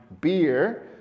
beer